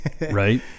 Right